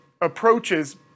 approaches